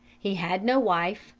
he had no wife,